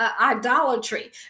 idolatry